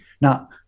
Now